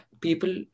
people